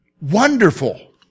Wonderful